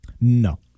No